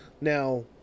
Now